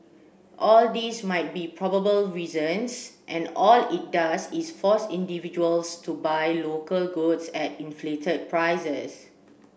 all these might be probable reasons and all it does is force individuals to buy local goods at inflated prices